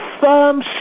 firm